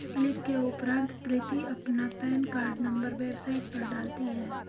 click के उपरांत प्रीति अपना पेन कार्ड नंबर वेबसाइट पर डालती है